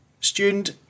student